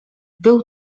był